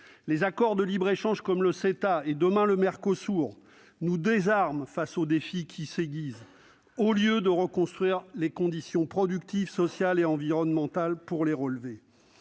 Les accords de libre-échange comme le CETA et, demain, le Mercosur nous désarment face aux défis qui s'aiguisent, au lieu de reconstruire les conditions productives, sociales et environnementales pour les relever.